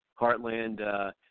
heartland